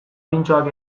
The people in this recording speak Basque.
pintxoak